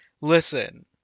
Listen